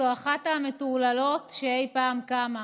זו אחת המטורללות שאי פעם קמו.